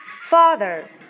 father